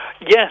Yes